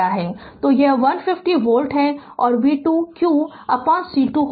तो यह 150 वोल्ट है और v2 qC2 होगा